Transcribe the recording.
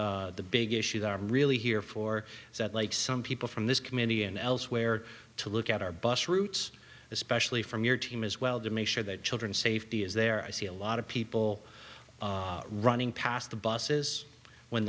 e the big issues are really here for that like some people from this committee and elsewhere to look at our bus routes especially from your team as well to make sure that children safety is there i see a lot of people running past the buses